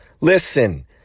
Listen